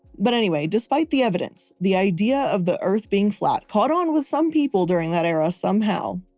but anyway, despite the evidence, the idea of the earth being flat caught on with some people during that era somehow.